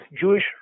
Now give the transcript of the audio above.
Jewish